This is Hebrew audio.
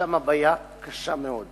שם הבעיה קשה מאוד.